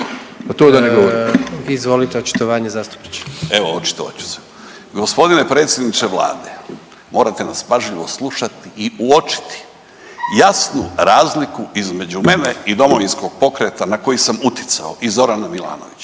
zastupniče. **Prkačin, Ante (DP)** Evo očitovat ću se. Gospodine predsjedniče Vlade, morate nas pažljivo slušati i uočiti jasnu razliku između mene i Domovinskog pokreta na koji sam uticao i Zorana Milanovića